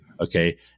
Okay